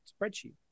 spreadsheet